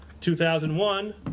2001